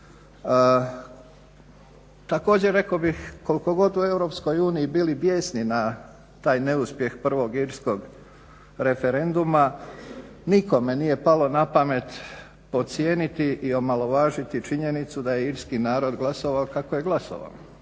Također rekao bih koliko god u EU bili bijesni na taj neuspjeh prvog irskog referenduma nikome nije palo na pamet podcijeniti i omalovažiti činjenicu da je irski narod glasovao kako je glasovao,